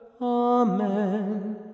Amen